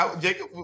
Jacob